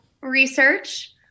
research